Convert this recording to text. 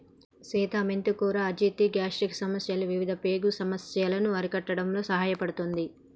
సీత మెంతి కూర అజీర్తి, గ్యాస్ట్రిక్ సమస్యలు ఇవిధ పేగు సమస్యలను అరికట్టడంలో సహాయపడుతుంది